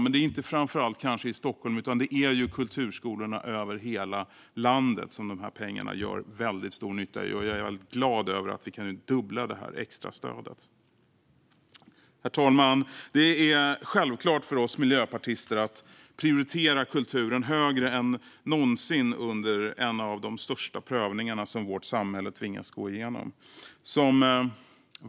Men det är kanske inte framför allt i Stockholm utan i kulturskolorna över hela landet som dessa pengar gör väldigt stor nytta. Och jag är väldigt glad över att vi kan dubblera detta extra stöd. Herr talman! Det är självklart för oss miljöpartister att prioritera kulturen högre än någonsin under en av de största prövningarna som vårt samhälle tvingats gå igenom.